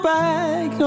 back